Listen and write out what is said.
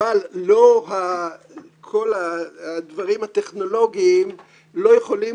אבל כל הדברים הטכנולוגיים לא יכולים